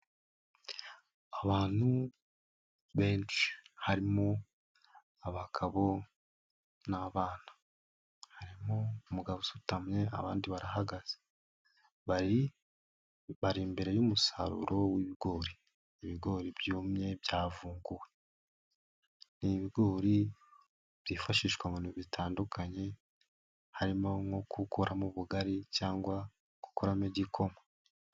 Abantu benshi harimo abagabo n'abana, harimo umugabo usutamye abandi barahagaze, bari bare imbere y'umusaruro w'ibigori. Ibigori byumye byavunguwe ni ibigori byifashishwa abantu bitandukanye, harimo nko gukoramo ubugari cyangwa gukoramo igikoma.